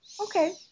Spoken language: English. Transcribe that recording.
Okay